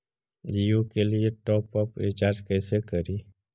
जियो के लिए top up recharge कैसे करी?